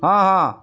ହଁ ହଁ